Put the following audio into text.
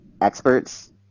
experts